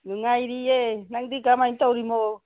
ꯅꯨꯡꯉꯥꯏꯔꯤꯑꯦ ꯅꯪꯗꯤ ꯀꯃꯥꯏꯅ ꯇꯧꯔꯤꯃꯣ